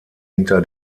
hinter